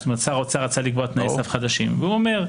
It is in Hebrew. זאת אומרת,